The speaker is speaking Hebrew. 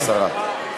השרה.